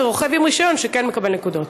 ורוכב עם רישיון כן מקבל נקודות.